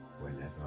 whenever